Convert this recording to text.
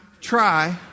Try